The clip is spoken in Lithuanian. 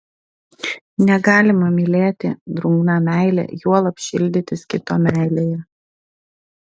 negalima mylėti drungna meile juolab šildytis kito meilėje